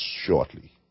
shortly